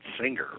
singer